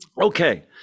Okay